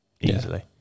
easily